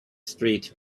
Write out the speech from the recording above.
street